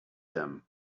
them